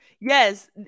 yes